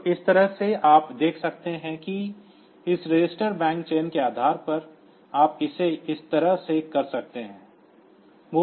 तो इस तरह से आप देख सकते हैं कि इस रजिस्टर बैंक चयन के आधार पर आप इसे इस तरह से कर सकते हैं